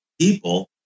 people